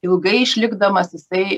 ilgai išlikdamas jisai